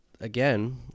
again